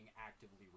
actively